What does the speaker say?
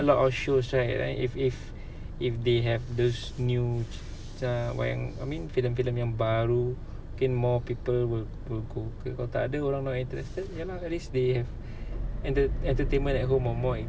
a lot of shows right like if if if they have those new macam wayang I mean filem-filem yang baru mungkin more people will will go kalau tak ada orang not interested ya lah at least they have enter~ entertainment at home or more